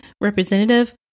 representative